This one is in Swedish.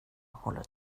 håller